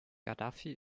gaddafi